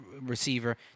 receiver